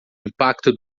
impacto